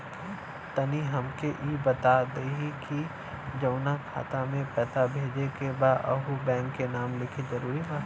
तनि हमके ई बता देही की जऊना खाता मे पैसा भेजे के बा ओहुँ बैंक के नाम लिखल जरूरी बा?